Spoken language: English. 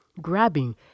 grabbing